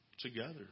Together